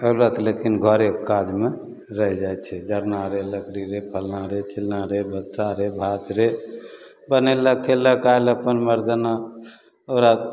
औरत लेकिन घरेके काजमे रहि जाइ छै जरना रे लकड़ी रे फल्लाँ रे चिल्लाँ रे बच्चा रे भात रे बनेलक खएलक काल्हि अपन मरदाना ओकरा